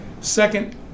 Second